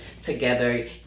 together